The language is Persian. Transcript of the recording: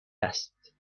است